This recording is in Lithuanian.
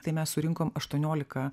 tai mes surinkom aštuoniolika